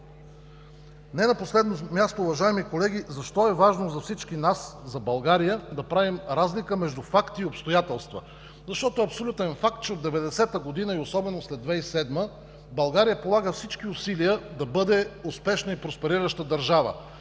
Не на последно място, уважаеми колеги, защо е важно за всички нас, за България, да правим разлика между факти и обстоятелства? Защото е абсолютен факт, че от 1990 г., и особено след 2007 г., България полага всички усилия да бъде успешна и просперираща държава.